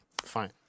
fine